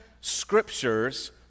scriptures